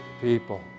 people